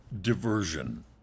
Diversion